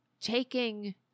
taking